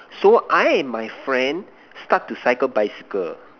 so I and my friend start to cycle bicycle